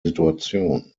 situation